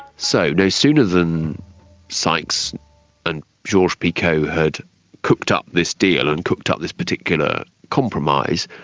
so no sooner than sykes and georges-picot had cooked up this deal and cooked up this particular compromise,